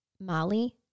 Molly